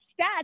stats